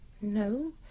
No